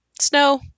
Snow